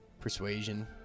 persuasion